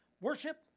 worship